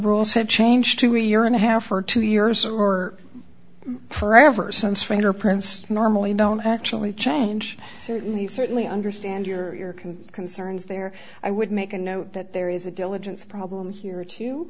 rules had changed to a year and a half or two years or forever since fingerprints normally don't actually change certainly certainly understand your can concerns there i would make a note that there is a diligence problem here to